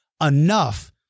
enough